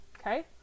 okay